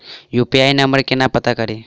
UPI number केना पत्ता कड़ी?